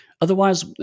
otherwise